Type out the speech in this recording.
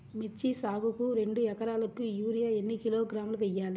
మిర్చి సాగుకు రెండు ఏకరాలకు యూరియా ఏన్ని కిలోగ్రాములు వేయాలి?